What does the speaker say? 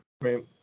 Right